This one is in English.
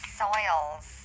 soils